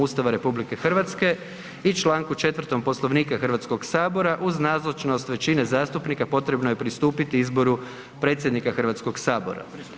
Ustava RH i čl. 4. Poslovnika Hrvatskog sabora uz nazočnost većine zastupnika potrebno je pristupiti izboru predsjednika Hrvatskog sabora.